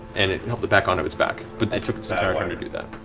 and it helped it back onto its back, but that took its entire turn to do that.